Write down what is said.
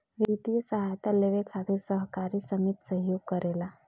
वित्तीय सहायता लेबे खातिर सहकारी समिति सहयोग करेले